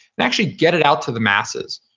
and actually get it out to the masses,